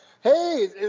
hey